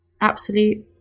absolute